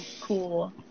cool